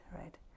right